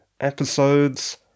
episodes